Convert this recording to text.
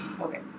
okay